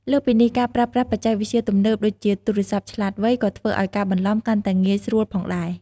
លើសពីនេះ ការប្រើប្រាស់បច្ចេកវិទ្យាទំនើបដូចជាទូរស័ព្ទឆ្លាតវៃ ក៏ធ្វើឱ្យការបន្លំកាន់តែងាយស្រួលផងដែរ។